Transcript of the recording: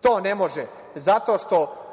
To ne može zato što